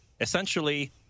Essentially